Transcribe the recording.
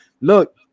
look